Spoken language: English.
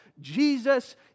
Jesus